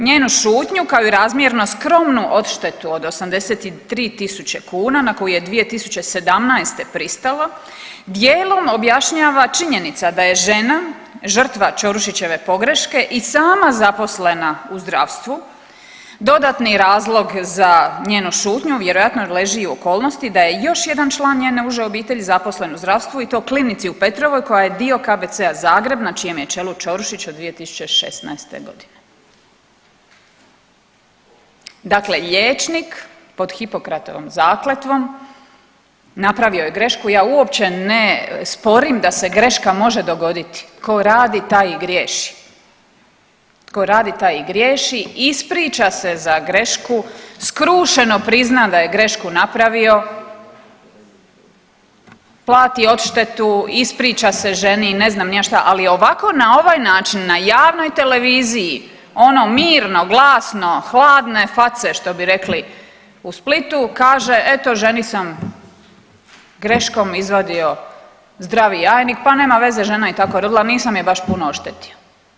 Njenu šutnju, kao i razmjerno skromnu odštetu od 83 tisuće kuna na koju je 2017. pristala, dijelom objašnjava činjenica da je žena žrtva Ćorušićeve pogreške i sama zaposlena u zdravstvu dodatni razlog za njenu šutnju vjerojatno leži u okolnosti da je još jedan član njene uže obitelji zaposlen u zdravstvu i to klinici u Petrovoj koja je dio KBC-a Zagreb na čijem je čelu Ćorušić od 2016. g. Dakle liječnik pod Hipokratovom zakletvom napravio je grešku, ja uopće ne sporim da se greška može dogoditi, tko radi, taj i griješi, tko radi taj i griješi, ispriča se za grešku, skrušeno prizna da je grešku napravio, plati odštetu, ispriča se ženi, ne znam ni ja šta, ali ovako na ovaj način, na javnoj televiziji ono mirno, glasno, hladne face što bi rekli u Splitu, kaže eto ženi sam greškom izvadio zdravi jajnik pa nema veze žena je i tako rodila, nisam je baš puno oštetio.